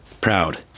Proud